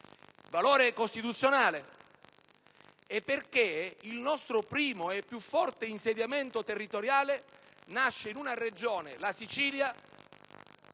valore costituzionale. Inoltre, il nostro primo e più forte insediamento territoriale nasce in una Regione, la Sicilia,